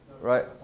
Right